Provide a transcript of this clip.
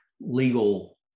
legal